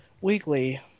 weekly